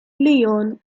leon